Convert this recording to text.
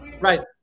Right